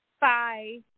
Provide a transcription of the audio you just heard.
Bye